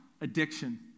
addiction